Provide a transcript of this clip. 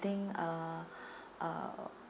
think uh uh